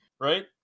right